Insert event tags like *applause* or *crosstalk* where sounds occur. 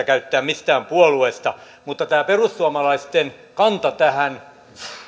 *unintelligible* käyttää mistään puolueesta mutta perussuomalaisten kanta tähän